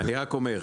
אני רק אומר,